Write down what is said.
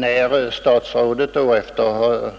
När statsrådet då, efter överväganden